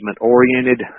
oriented